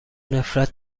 نفرت